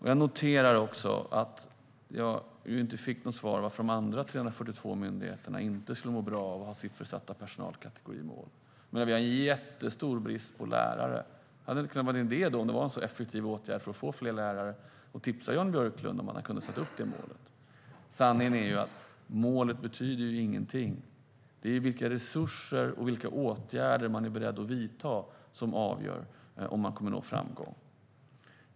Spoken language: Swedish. Jag noterar att jag inte fick något svar på varför de andra 342 myndigheterna inte skulle må bra av att ha siffersatta personalkategorimål. Vi har en jättestor brist på lärare. Om detta vore en så effektiv åtgärd för att få fler lärare, hade det då inte kunnat vara en idé att tipsa Jan Björklund om att sätta upp ett sådant mål? Sanningen är ju att målet inte betyder någonting. Det är vilka resurser man är beredd att avsätta och vilka åtgärder man är beredd att vidta som avgör om man kommer att nå framgång.